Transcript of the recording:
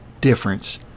difference